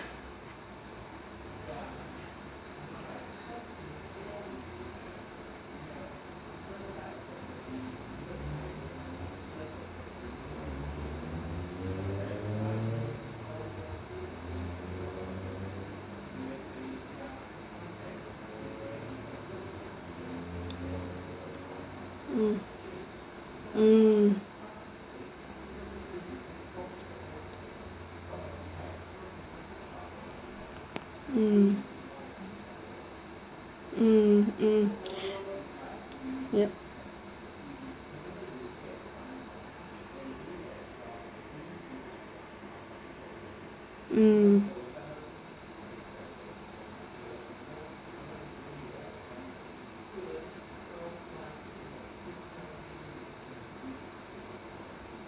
um um um um um yup um